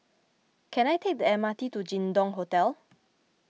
can I take the M R T to Jin Dong Hotel